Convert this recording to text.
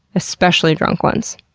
especially drunk ones.